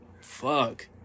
Fuck